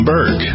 Berg